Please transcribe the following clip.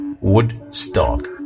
Woodstock